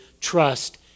trust